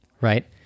right